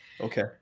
okay